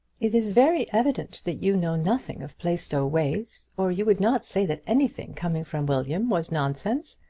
it is very evident that you know nothing of plaistow ways, or you would not say that anything coming from william was nonsense.